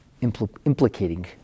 implicating